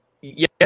Yes